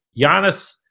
Giannis